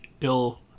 ill